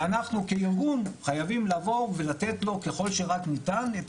ואנחנו כארגון חייבים לבוא ולתת לו ככל שרק ניתן את